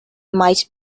might